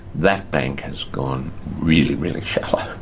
that bank has gone really, really shallow